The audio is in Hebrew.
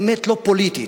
באמת לא פוליטית,